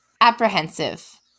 apprehensive